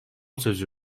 sözü